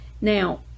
Now